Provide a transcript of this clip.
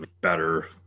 better